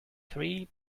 three